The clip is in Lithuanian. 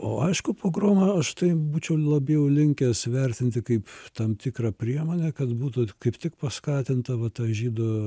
o aišku pogromą aš tai būčiau labiau linkęs vertinti kaip tam tikrą priemonę kad būtų kaip tik paskatinta vat ta žydų